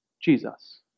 Jesus